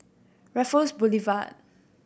Raffles Boulevard